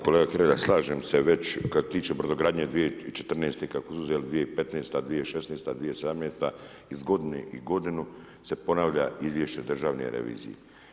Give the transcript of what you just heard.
Kolega Hrelja, slažem se već što se tiče brodogradnje 2014., kako su … 2015., 2016., 2017., iz godine u godinu se ponavlja izvješće državne revizije.